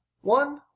one